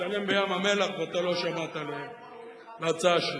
להצטלם בים-המלח, ואתה לא שמעת להצעה שלי.